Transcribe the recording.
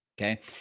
okay